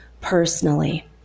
personally